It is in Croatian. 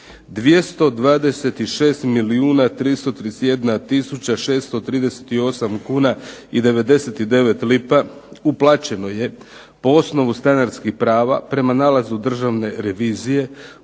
638 kuna i 99 lipa uplaćeno je po osnovu stanarskih prava prema nalazu Državne revizije